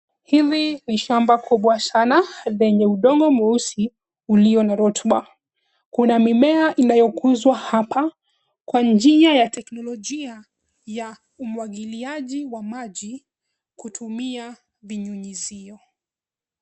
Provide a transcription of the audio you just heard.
Hili ni shamba kubwa sana lenye udongo mweusi uliyo na rotuba. Kuna mimea inayokuzwa hapa kwa njia ya teknolojia ya umwagiliaji wa maji kutumia vinyunyuzio.